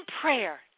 prayer